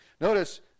Notice